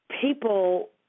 people